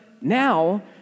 now